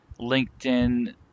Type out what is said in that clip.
LinkedIn